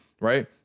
right